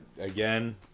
again